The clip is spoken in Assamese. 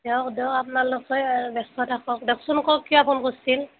দিয়ক দিয়ক আপ্নালোকেই আৰু দেকচোন কওক কিয়া ফোন কৰ্ছিল